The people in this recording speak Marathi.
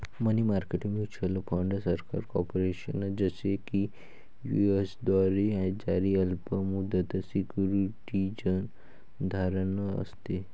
मनी मार्केट म्युच्युअल फंड सरकार, कॉर्पोरेशन, जसे की यू.एस द्वारे जारी अल्प मुदत सिक्युरिटीज धारण असते